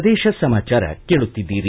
ಪ್ರದೇಶ ಸಮಾಚಾರ ಕೇಳುತ್ತಿದ್ದೀರಿ